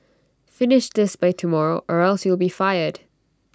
finish this by tomorrow or else you'll be fired